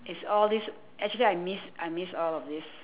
it's all these actually I miss I miss all of these